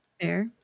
fair